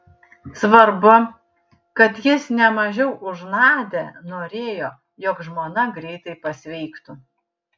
svarbu kad jis ne mažiau už nadią norėjo jog žmona greitai pasveiktų